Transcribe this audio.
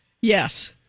Yes